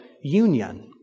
union